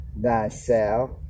thyself